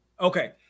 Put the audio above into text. Okay